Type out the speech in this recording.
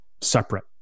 separate